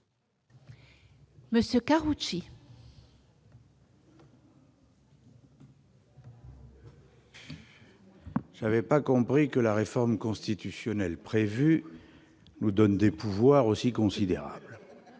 de vote. Je n'avais pas compris que la réforme constitutionnelle prévue nous donnerait des pouvoirs aussi considérables